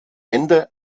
ende